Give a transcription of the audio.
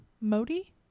Modi